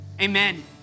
amen